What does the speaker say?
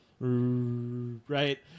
Right